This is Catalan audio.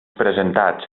presentats